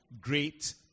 great